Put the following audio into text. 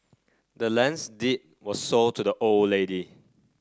the land's deed was sold to the old lady